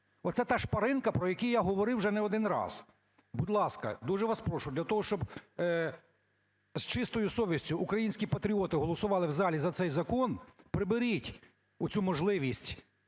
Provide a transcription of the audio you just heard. Оце та шпаринка, про яку я говорив вже не один раз. Будь ласка, дуже вас прошу, для того щоб з чистою совістю українські патріоти голосували в залі за цей закон, приберіть оцю можливість